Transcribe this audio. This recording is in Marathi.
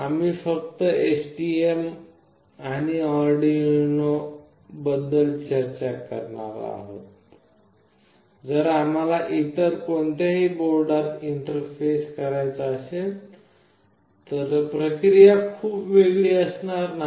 आम्ही फक्त STM बोर्ड आणि आर्डिनो युनो बद्दलच चर्चा करणार आहोत जर तुम्हाला इतर कोणत्याही बोर्डात इंटरफेस घ्यायचा असेल तर प्रक्रिया खूप वेगळी असणार नाही